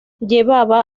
llevaba